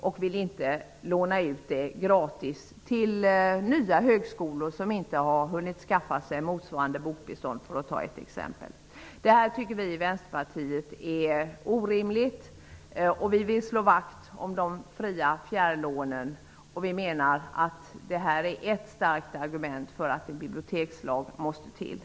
Man vill inte låna ut det gratis till exempelvis nya högskolor som inte har hunnit skaffa sig motsvarande bokbestånd. Detta tycker vi i Vänsterpartiet är orimligt. Vi vill slå vakt om de fria fjärrlånen och menar att detta är ett starkt argument för att en bibliotekslag måste till.